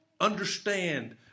understand